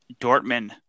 Dortmund